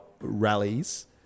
Rallies